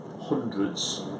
hundreds